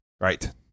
right